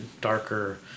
darker